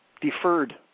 deferred